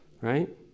right